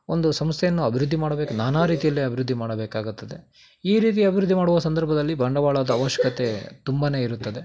ಒಂದು ಸಂಸ್ಥೆಯನ್ನು ಅಭಿವೃದ್ಧಿ ಮಾಡಬೇಕು ನಾನಾ ರೀತಿಯಲ್ಲಿ ಅಭಿವೃದ್ಧಿ ಮಾಡಬೇಕಾಗುತ್ತದೆ ಈ ರೀತಿಯ ಅಭಿವೃದ್ಧಿ ಮಾಡುವ ಸಂದರ್ಭದಲ್ಲಿ ಬಂಡವಾಳದ ಅವಶ್ಯಕತೆ ತುಂಬಾ ಇರುತ್ತದೆ